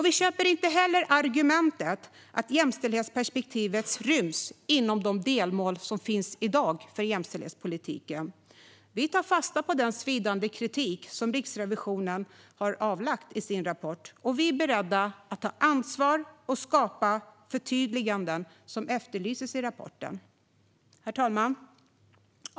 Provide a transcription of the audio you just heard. Vi köper inte heller argumentet att jämställdhetsperspektivet ryms inom de delmål som finns i dag för jämställdhetspolitiken. Vi tar fasta på den svidande kritik som Riksrevisionen har avlagt i sin rapport, och vi är beredda att ta ansvar och skapa de förtydliganden som efterlyses i rapporten. Herr talman!